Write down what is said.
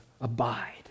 Abide